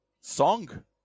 Song